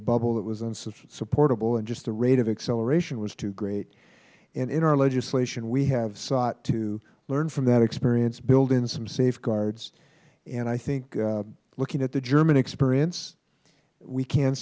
a bubble that was unsupportable and just the rate of acceleration was too great and in our legislation we have sought to learn from that experience build in some safeguards and i think looking at the german experience we can